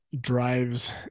drives